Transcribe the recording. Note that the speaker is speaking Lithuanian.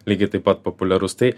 lygiai taip pat populiarus tai